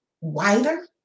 wider